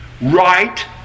right